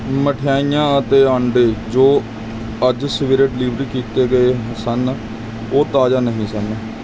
ਮਿਠਾਈਆਂ ਅਤੇ ਅੰਡੇ ਜੋ ਅੱਜ ਸਵੇਰੇ ਡਿਲੀਵਰ ਕੀਤੇ ਗਏ ਸਨ ਉਹ ਤਾਜ਼ਾ ਨਹੀਂ ਸਨ